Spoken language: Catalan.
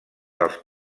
dels